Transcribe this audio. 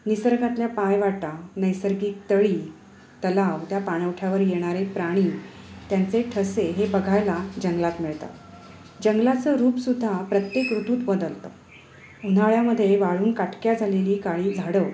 निसर्गातल्या पाय वाटा नैसर्गिक तळी तलाव त्या पाणवठ्यावर येणारे प्राणी त्यांचे ठसे हे बघायला जंगलात मिळतात जंगलाचं रूपसुद्धा प्रत्येक ऋतूत बदलतं उन्हाळ्यामध्ये वाळून काटक्या झालेली काळी झाडं